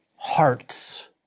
hearts